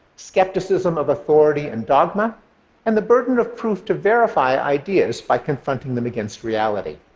skepticism of authority and dogma and the burden of proof to verify ideas by confronting them against reality.